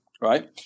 Right